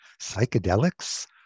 Psychedelics